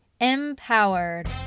empowered